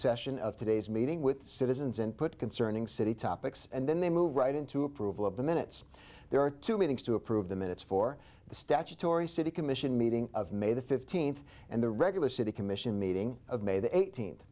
session of today's meeting with citizens input concerning city topics and then they move right into approval of the minutes there are two meetings to approve the minutes for the statutory city commission meeting of may the fifteenth and the regular city commission meeting of may the eighteenth